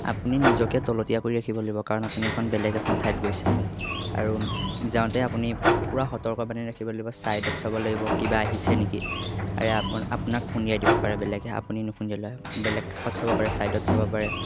আপুনি নিজকে তলতীয়া কৰি ৰাখিব লাগিব কাৰণ আপুনি এখন বেলেগ এখন ঠাইত গৈছে আৰু যাওঁতে আপুনি পুৰা সতৰ্ক বাণী ৰাখিব লাগিব ছাইডত চাব লাগিব কিবা আহিছে নেকি আৰু আপোনাৰ আপোনাক খুন্দিয়াই দিব পাৰে বেলেগে আপুনি নুখুন্দিয়ালেও বেলেগ কাষত চাব পাৰে ছাইডত চাব পাৰে